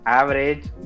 average